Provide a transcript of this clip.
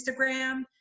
Instagram